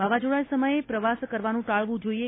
વાવાઝોડા સમયે પ્રવાસ કરવાનું ટાળવું જોઇએ